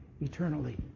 eternally